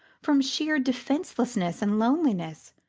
from sheer defencelessness and loneliness,